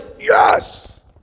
Yes